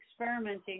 experimenting